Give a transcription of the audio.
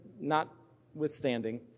notwithstanding